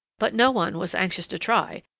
but no one was anxious to try,